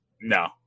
No